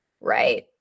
right